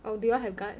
oh do you all have guard